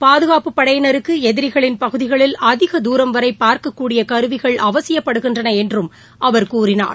பாதுகாப்பு படையினருக்கு எதிரிகளின் பகுதிகளில் அதிக துாரம்வரை பார்க்கக்கூடிய கருவிகள் அவசியப்படுகின்றன என்றும் அவர் கூறினார்